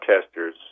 testers